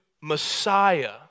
Messiah